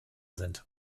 sind